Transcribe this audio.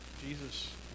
jesus